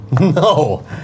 No